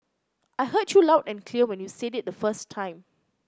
I heard you loud and clear when you said it the first time